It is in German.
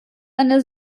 eine